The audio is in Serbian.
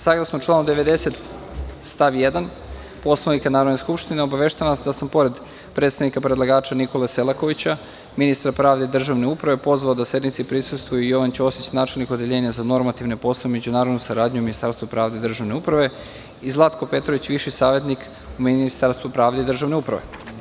Saglasno članu 90. stav 1. Poslovnika Narodne skupštine, obaveštavam vas da sam, pored predstavnika predlagača Nikole Selakovića, ministra pravde i državne uprave, pozvao da sednici prisustvuju i Jovan Ćosić, načelnik Odeljenja za normativne poslove i međunarodnu saradnju u Ministarstvu pravde i državne uprave i Zlatko Petrović, viši savetnik u Ministarstvu pravde i državne uprave.